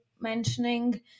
mentioning